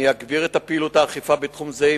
אני אגביר את פעילות האכיפה בתחום זה,